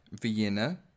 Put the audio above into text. Vienna